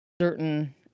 certain